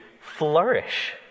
flourish